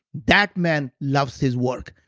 that man loves his work.